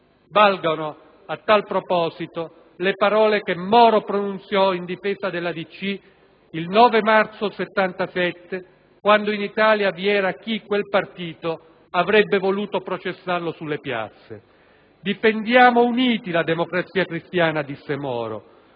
Valgano, a tal proposito, le parole che pronunziò in difesa della DC il 9 marzo 1977, quando in Italia vi era chi quel partito avrebbe voluto processare sulle piazze: «Difendiamo uniti la Democrazia cristiana (...).